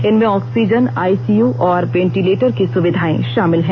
इनमें oxygen ICU और ventilator की सुविधाए शामिल हैं